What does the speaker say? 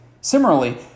Similarly